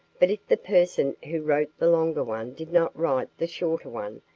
but if the person who wrote the longer one did not write the shorter one,